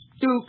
Duke